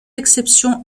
exception